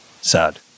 sad